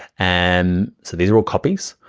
and so these are all copies,